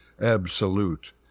absolute